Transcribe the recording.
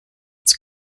its